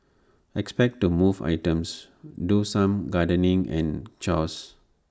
expect to move items do some gardening and chores